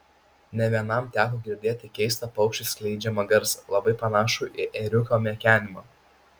ne vienam teko girdėti keistą paukščių skleidžiamą garsą labai panašų į ėriuko mekenimą